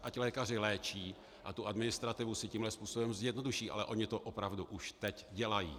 Ať lékaři léči a administrativu si tímhle způsobem zjednoduší, ale oni to opravdu už teď dělají.